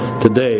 today